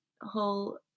whole